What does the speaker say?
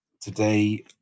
Today